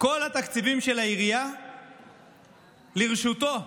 כל התקציבים של העירייה לרשותו.